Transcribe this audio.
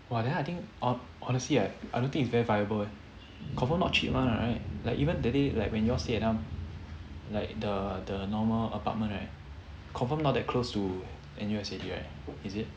!wah! that one I think ah honestly right I don't think it's very viable eh confirm not cheap one right like even that day like when y'all say that one like the the normal apartment right confirm not that close to N_U_S already right is it